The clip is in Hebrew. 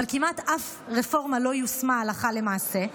אבל כמעט אף רפורמה לא יושמה הלכה למעשה,